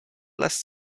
less